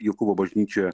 jokūbo bažnyčioje